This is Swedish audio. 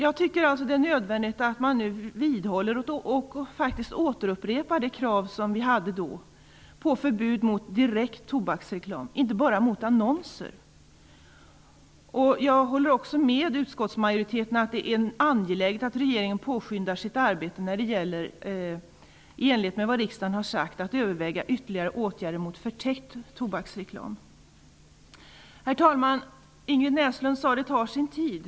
Jag tycker att det är nödvändigt att vi vidhåller och återupprepar det krav som vi då hade på förbud mot direkt tobaksreklam och inte bara mot annonser. Jag håller också med utskottsmajoriteten att det är angeläget att regeringen påskyndar sitt arbete när det gäller att överväga ytterligare åtgärder mot förtäckt tobaksreklam i enlighet med vad riksdagen har sagt. Herr talman! Ingrid Näslund sade att det tar sin tid.